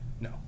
No